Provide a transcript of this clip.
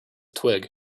twig